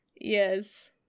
Yes